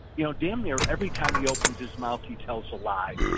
you know, damn near every time he opens his mouth, he tells a lie.